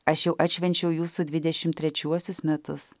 aš jau atšvenčiau jūsų dvidešimt trečiuosius metus